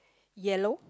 yellow